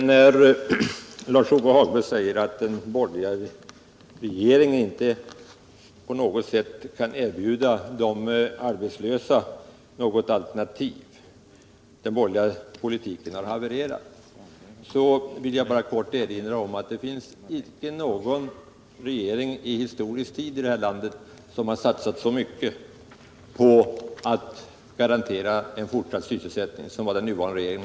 När Lars-Ove Hagberg säger att den borgerliga regeringen inte på något sätt kan erbjuda de arbetslösa ett alternativ och att den borgerliga politiken har havererat, vill jag helt kort erinra om att ingen regering i detta land i historisk tid har satsat så mycket på att garantera en fortsatt sysselsättning som den nuvarande regeringen.